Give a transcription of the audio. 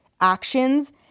actions